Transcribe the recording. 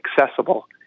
accessible